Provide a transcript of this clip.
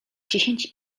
dziesięć